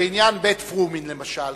בעניין בית-פרומין למשל,